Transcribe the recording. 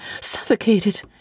suffocated